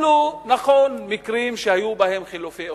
אלו, נכון, מקרים שהיו בהם חילופי אוכלוסין.